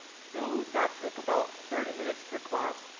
so that took about thirty minutes per class.